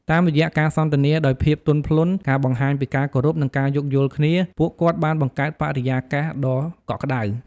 តាមរយៈការសន្ទនាដោយភាពទន់ភ្លន់ ការបង្ហាញពីការគោរព និងការយោគយល់គ្នា ពួកគាត់បានបង្កើតបរិយាកាសដ៏កក់ក្ដៅ។